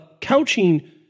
couching